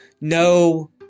no